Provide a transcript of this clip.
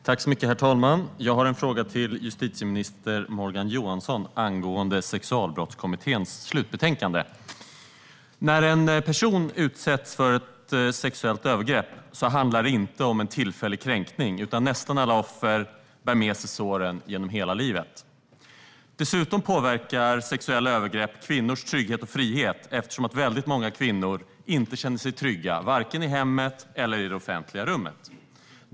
Herr talman! Jag har en fråga till justitieminister Morgan Johansson angående Sexualbrottskommitténs slutbetänkande. När en person utsätts för ett sexuellt övergrepp handlar det inte om en tillfällig kränkning. Nästan alla offer bär med sig såren genom hela livet. Dessutom påverkar sexuella övergrepp kvinnors trygghet och frihet. Väldigt många kvinnor känner sig inte trygga vare sig i hemmet eller i det offentliga rummet.